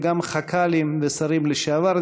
וגם חכ"לים ושרים לשעבר,